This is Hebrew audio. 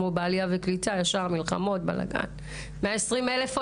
כמו במשרד העלייה והקליטה,